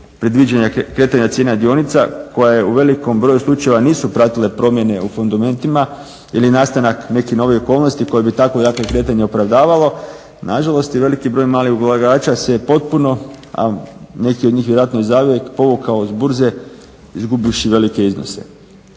predviđanja kretanja cijena dionica koja u velikom broju slučajeva nisu pratile promjene u fundamentima ili nastanak nekih novih okolnosti koje bi tako jaka kretanja opravdavalo na žalost i veliki broj malih ulagača se potpuno, a neki od njih vjerojatno i zauvijek povukao s burze izgubivši velike iznose.